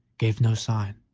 gave no sign.